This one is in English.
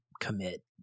commit